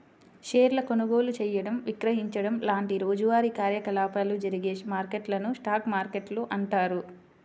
షేర్ల కొనుగోలు చేయడం, విక్రయించడం లాంటి రోజువారీ కార్యకలాపాలు జరిగే మార్కెట్లను స్టాక్ మార్కెట్లు అంటారు